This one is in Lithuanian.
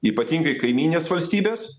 ypatingai kaimyninės valstybės